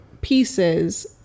pieces